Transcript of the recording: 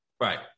Right